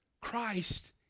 Christ